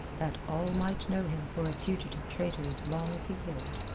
that all might know him for a fugitive traitor as long as he lived.